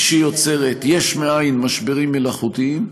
היא שיוצרת יש מאין משברים מלאכותיים,